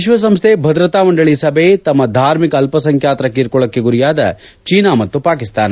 ವಿಶ್ವಸಂಸ್ಥೆ ಭದ್ರತಾ ಮಂಡಳಿ ಸಭೆ ತಮ್ಮ ಧಾರ್ಮಿಕ ಅಲ್ಲಸಂಖ್ಯಾತರ ಕಿರುಕುಳಕ್ಕೆ ಗುರಿಯಾದ ಚೀನಾ ಮತ್ತು ಪಾಕಿಸ್ತಾನ